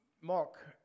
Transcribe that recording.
Mark